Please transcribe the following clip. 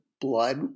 blood